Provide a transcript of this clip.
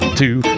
two